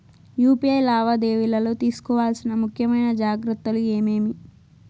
UPI లావాదేవీలలో తీసుకోవాల్సిన ముఖ్యమైన జాగ్రత్తలు ఏమేమీ?